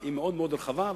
היא מאוד מאוד רחבה,